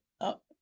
up